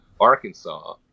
Arkansas